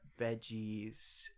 veggies